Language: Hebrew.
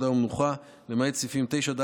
וכן למעט סעיפים 77,